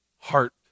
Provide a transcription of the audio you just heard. heart